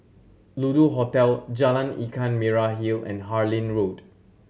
Lulu Hotel Jalan Ikan Merah Hill and Harlyn Road